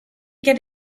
get